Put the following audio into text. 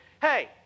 Hey